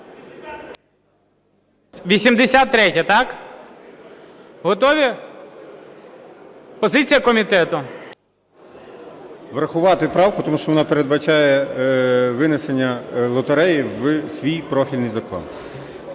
83-я, так? Готові? Позиція комітету. 13:47:11 МАРУСЯК О.Р. Врахувати правку, тому що вона передбачає винесення лотереї в свій профільний закон.